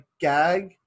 gag